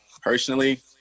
Personally